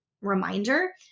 reminder